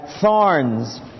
Thorns